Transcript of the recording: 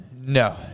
No